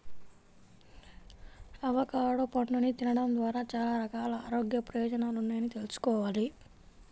avocado పండుని తినడం ద్వారా చాలా రకాల ఆరోగ్య ప్రయోజనాలున్నాయని తెల్సుకోవాలి